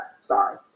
Sorry